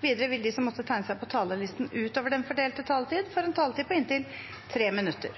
Videre vil de som måtte tegne seg på talerlisten utover den fordelte taletid, få en taletid på inntil 3 minutter.